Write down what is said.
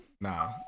nah